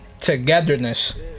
togetherness